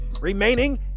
remaining